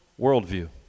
worldview